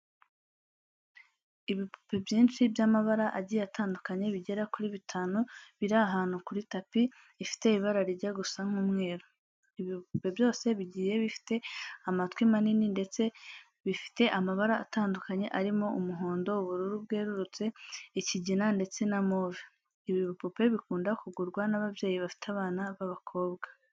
Ibipupe byinshi by'amabara agiye atandukanye bigera kuri bitanu, biri ahantu kuri tapi ifite ibara rijya gusa nk'umweru. Ibi bipupe byose bigiye bifite amatwi manini ndetse bifite amabara atandukanye arimo umuhondo, ubururu bwerurutse, ikigina ndetse na move. Ibi bipupe bikunda kugurwa n'ababyeyi bafite abana b'abakobwa.